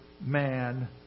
man